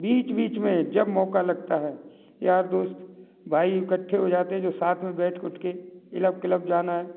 बीच बीच में जब मौका लगता है यार दोस्त भाई इकट्ठे हो जाते है जो साथ में बैठ के उठ के क्लब इलब जाना है